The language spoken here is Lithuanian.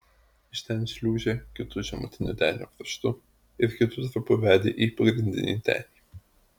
iš ten šliūžė kitu žemutinio denio kraštu ir kitu trapu vedė į pagrindinį denį